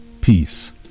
peace